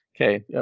okay